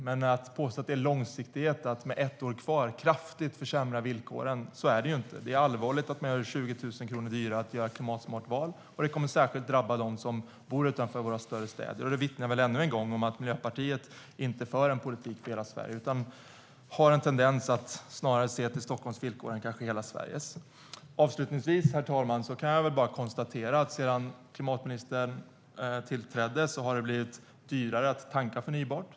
Men påståendet att det är långsiktighet att med ett år kvar kraftigt försämra villkoren stämmer inte. Det är allvarligt att man gör det 20 000 kronor dyrare att göra ett klimatsmart val, och det kommer särskilt att drabba dem som bor utanför våra större städer. Det vittnar ännu en gång om att Miljöpartiet inte för en politik för hela Sverige utan har en tendens att snarare se till Stockholms villkor än till hela Sveriges. Avslutningsvis, herr talman, kan jag bara konstatera att sedan klimatministern tillträdde har det blivit dyrare att tanka förnybart.